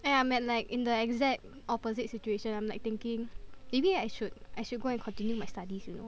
eh I'm like in the exact opposite situation I'm like thinking maybe I should I should go and continue my studies you know